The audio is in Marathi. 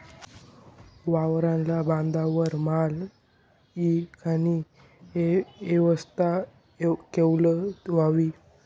वावरना बांधवर माल ईकानी येवस्था कवय व्हयी?